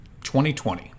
2020